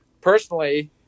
Personally